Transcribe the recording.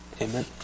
Amen